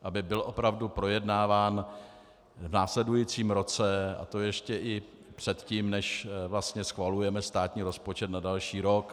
Aby byl opravdu projednáván v následujícím roce, a to ještě i předtím, než vlastně schvalujeme státní rozpočet na další rok.